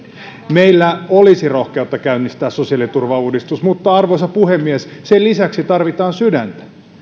meillä olisi rohkeutta käynnistää sosiaaliturvauudistus mutta arvoisa puhemies sen lisäksi tarvitaan sydäntä